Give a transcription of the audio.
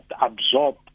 absorb